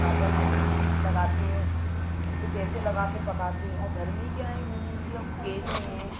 carbon डाई लगाते हैं कुछ ऐसे लगा के पकाते हैं और घर में क्या है कि हम केले हैं